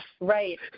Right